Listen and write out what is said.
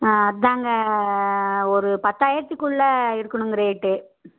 ஆ அதாங்க ஒரு பத்தாயரத்துக்குள்ளே இருக்கணுங்க ரேட்டு